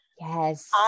Yes